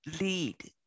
lead